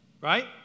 Right